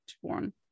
one